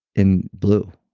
in blue,